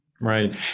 Right